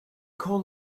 call